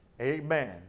Amen